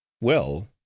Well